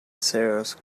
serious